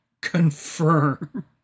confirm